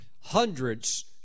hundreds